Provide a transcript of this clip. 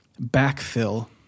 backfill